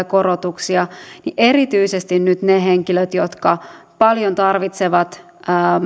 korotuksia niin erityisesti nyt ne henkilöt jotka paljon tarvitsevat